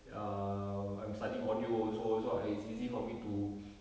ya I'm studying audio also so ah it's easy for me to